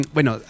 Bueno